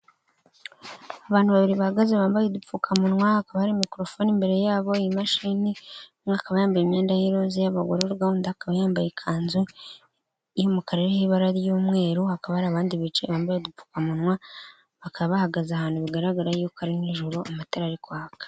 Abantu babiri bahagaze bambaye udupfukamunwa, hakaba hari mikorofone imbere yabo, imashini, umwe akaba bambaye imyenda y'iroza y'abagororwa undi akaba yambaye ikanzu y'umukara n'ibara ry'umweru, hakaba hari abandi bicaye bambaye udupfukamunwa, bakaba bahagaze ahantu bigaragara yuko ari n'ijoro amatara ari kwaka.